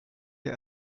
der